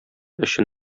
өчен